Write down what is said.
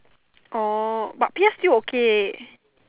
orh but P_S still okay